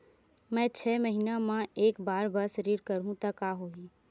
मैं छै महीना म एक बार बस ऋण करहु त का होही?